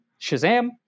Shazam